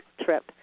trip